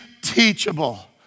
teachable